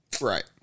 right